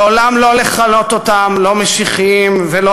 לעולם לא לכנות אותם לא משיחיים ולא